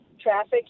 traffic